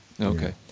Okay